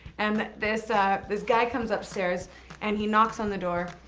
and this this guy comes upstairs and he knocks on the door,